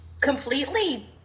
completely